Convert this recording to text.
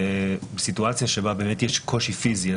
סיטואציה שבה יש קושי פיזי,